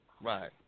right